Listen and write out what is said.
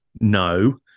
No